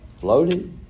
floated